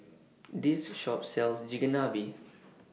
This Shop sells Chigenabe